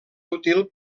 útil